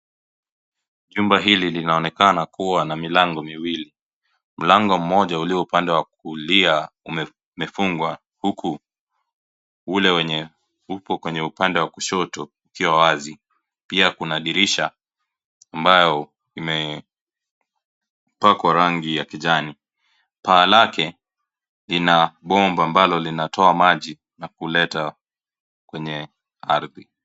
Chumba hili linanaonekana kuwa na milango miwili. Mlango moja ulio upande wa kulia umefungwa huku ule wenye upo kwenye upande wa kushoto, ikiwa wazi. Pia kuna dirisha ambayo imepakwa rangi ya kijani. Paa lake, lina bomba ambalo linatoa maji na kuleta kwenye ardhi.